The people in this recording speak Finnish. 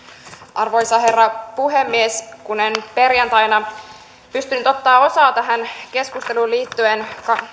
arvoisa herra puhemies kun en perjantaina pystynyt ottamaan osaa tähän keskusteluun liittyen